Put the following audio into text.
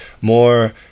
more